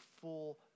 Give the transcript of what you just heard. full